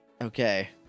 Okay